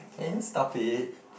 can you stop it